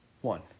One